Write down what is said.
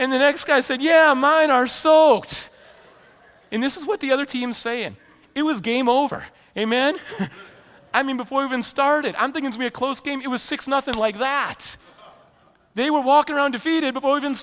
and the next guy said yeah mine are so in this is what the other team saying it was game over a man i mean before i even started i'm going to be a close game it was six nothing like that they were walking around defeated